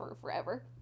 forever